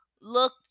look